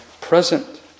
present